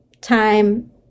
time